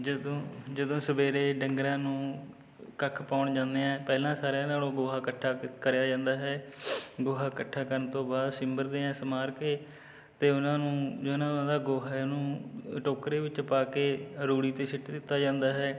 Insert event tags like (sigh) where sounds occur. ਜਦੋਂ ਜਦੋਂ ਸਵੇਰੇ ਡੰਗਰਾਂ ਨੂੰ ਕੱਖ ਪਾਉਣ ਜਾਂਦੇ ਹਾਂ ਪਹਿਲਾਂ ਸਾਰਿਆਂ ਨਾਲੋਂ ਗੋਹਾ ਇਕੱਠਾ ਕ ਕਰਿਆ ਜਾਂਦਾ ਹੈ ਗੋਹਾ ਇਕੱਠਾ ਕਰਨ ਤੋਂ ਬਾਅਦ ਸਿੰਬਰਦੇ ਹਾਂ ਸਵਾਰ ਕੇ ਅਤੇ ਉਹਨਾਂ ਨੂੰ ਜੋ (unintelligible) ਗੋਹਾ ਹੈ ਉਹਨੂੰ ਟੋਕਰੇ ਵਿੱਚ ਪਾ ਕੇ ਰੂੜੀ 'ਤੇ ਸਿੱਟ ਦਿੱਤਾ ਜਾਂਦਾ ਹੈ